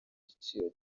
giciro